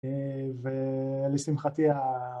ולשמחתי ה...